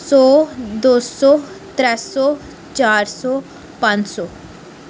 सौ दो सौ त्रै सौ चार सौ पंज सौ